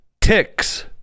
ticks